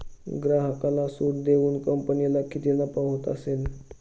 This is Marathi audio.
ग्राहकाला सूट देऊन कंपनीला किती नफा होत असेल